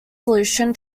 solution